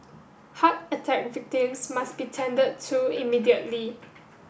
heart attack victims must be tended to immediately